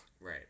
Right